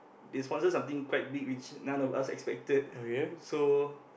they sponsor something quite big which none of us expected so